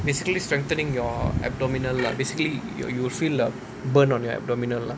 basically strengthening your abdominal lah basically your you will feel the burn on your abdominal lah